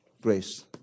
grace